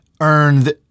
earned